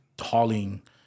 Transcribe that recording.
hauling